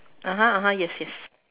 (uh huh) (uh huh) yes yes